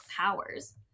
powers